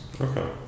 Okay